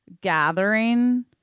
gathering